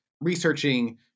researching